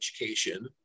education